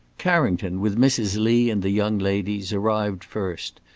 carrington, with mrs. lee and the young ladies, arrived first,